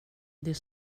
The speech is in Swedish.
det